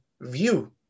view